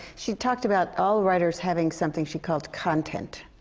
she talked about all writers having something she called content.